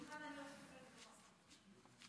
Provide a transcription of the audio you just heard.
הנושא של פסקת ההתגברות.